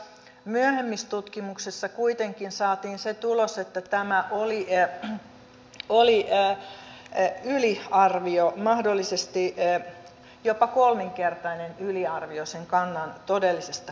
myöhemmissä tutkimuksissa kuitenkin saatiin se tulos että tämä oli yliarvio mahdollisesti jopa kolminkertainen yliarvio sen kannan todellisesta koosta